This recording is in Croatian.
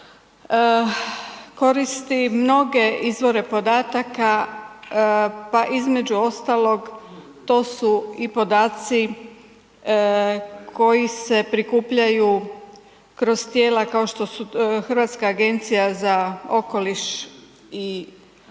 koristi mnoge izvore podataka pa između ostalog to su i podaci koji se prikupljaju kroz tijela kao što Hrvatska agencija za okoliš i prirodu,